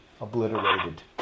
obliterated